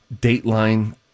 Dateline